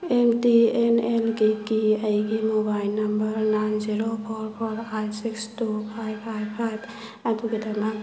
M T N ꯑꯦꯜꯒꯤ ꯀꯤ ꯑꯩꯒꯤ mobile number nine zero four four five six two five five five ꯑꯗꯨꯒꯤꯗꯃꯛ